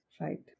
right